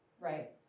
right